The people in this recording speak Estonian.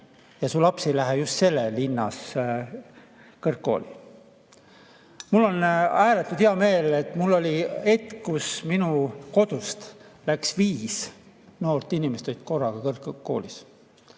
ja su laps ei lähe just selles linnas kõrgkooli. Mul on ääretult hea meel, et oli aeg, kus minu kodust viis noort inimest käisid korraga kõrgkoolis.